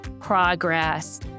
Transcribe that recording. progress